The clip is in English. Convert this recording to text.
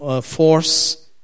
Force